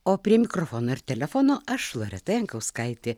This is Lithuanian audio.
o prie mikrofono ir telefono aš loreta jankauskaitė